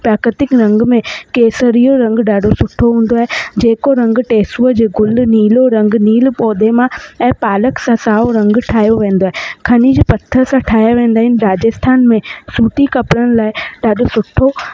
प्राकृतिक रंग में केसरी यो रंगु ॾाढो सुठो हूंदो आहे जेको रंगु टेसुए जे गुल नीलो रंगु नील पौधे मां ऐं पालक सां साओ रंगु ठाहियो वेंदो आहे खनीज़ पथर सां ठाहिया वेंदा आहिनि राजस्थान में सुठी कपिड़नि लाइ ॾाढो सुठो